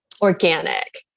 organic